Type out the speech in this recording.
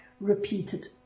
repeated